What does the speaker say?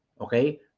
Okay